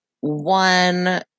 one